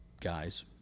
guys